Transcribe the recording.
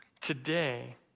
Today